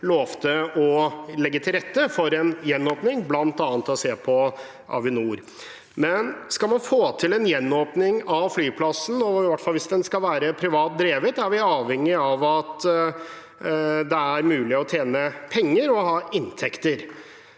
lovte å legge til rette for en gjenåpning, bl.a. ved å se på Avinor. Skal man få til en gjenåpning av flyplassen, og i hvert fall hvis den skal være privat drevet, er vi avhengig av at det er mulig å tjene penger og å ha inntekter.